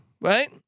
right